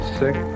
sick